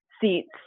seats